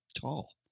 tall